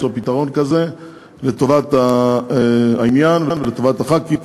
פתרון כזה לטובת העניין ולטובת חברי הכנסת